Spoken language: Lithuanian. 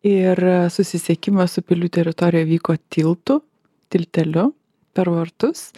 ir susisiekimas su pilių teritorija vyko tiltu tilteliu per vartus